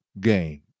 game